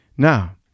Now